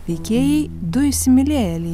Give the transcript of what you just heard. veikėjai du įsimylėjėliai